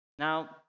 Now